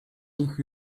ich